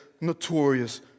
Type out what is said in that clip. notorious